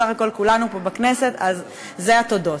בסך הכול כולנו פה בכנסת, אז אלה התודות.